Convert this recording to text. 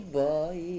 boy